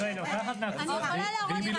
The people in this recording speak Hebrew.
זה מה שאת אומרת,